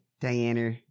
Diana